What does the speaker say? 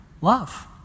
love